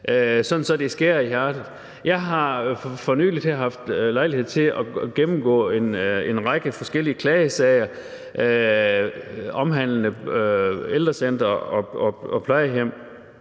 så det skærer i hjertet. Jeg har her for nylig haft lejlighed til at gennemgå en række forskellige klagesager omhandlende ældrecentre og plejehjem,